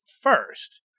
first